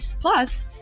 Plus